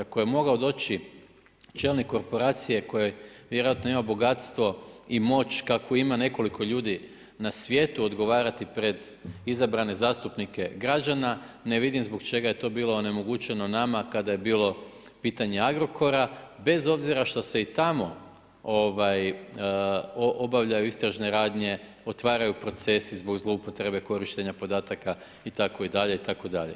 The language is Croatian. Ako je mogao doći čelnik korporacije koji vjerojatno ima bogatstvo i moć kakvu ima nekoliko ljudi na svijetu odgovarati pred izabrane zastupnike građana, ne vidim zbog čega je to bilo onemogućeno nama kada je bilo pitanje Agrokora, bez obzira šta se i tamo obavljaju istražne radnje, otvaraju procesi zbog zloupotrebe korištenja podataka itd. itd.